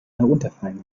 herunterfallen